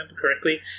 correctly